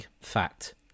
fact